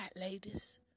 ladies